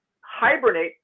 hibernate